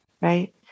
Right